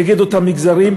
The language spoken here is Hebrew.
נגד אותם מגזרים.